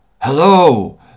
Hello